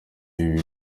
ibi